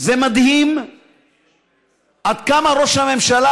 זה מדהים עד כמה ראש הממשלה,